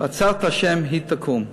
"עצת ה' היא תקום".